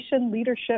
leadership